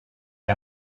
che